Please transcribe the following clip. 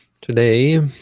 today